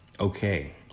okay